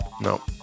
No